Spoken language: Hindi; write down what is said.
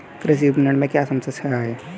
कृषि विपणन में क्या समस्याएँ हैं?